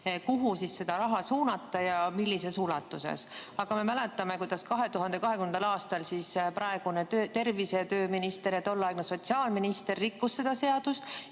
kuhu seda raha suunata ja millises ulatuses. Me mäletame, kuidas 2020. aastal praegune tervise‑ ja tööminister, tolleaegne sotsiaalminister, rikkus seda seadust